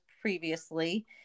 previously